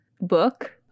book